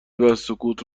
وسکوت